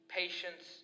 patience